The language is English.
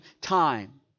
time